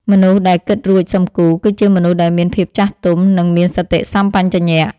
មនុស្សដែល «គិតរួច សឹមគូរ» គឺជាមនុស្សដែលមានភាពចាស់ទុំ និងមានសតិសម្បជញ្ញៈ។